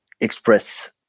express